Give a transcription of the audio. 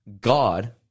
God